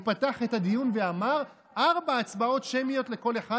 הוא פתח את הדיון ואמר: ארבע הצבעות שמיות לכל אחד,